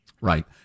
Right